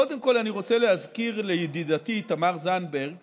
קודם כול, אני רוצה להזכיר לידידתי תמר זנדברג